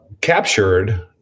captured